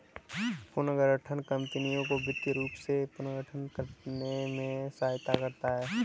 पुनर्गठन कंपनियों को वित्तीय रूप से पुनर्गठित करने में सहायता करता हैं